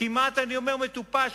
כמעט מטופש.